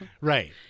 Right